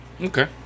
Okay